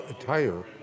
attire